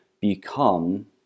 become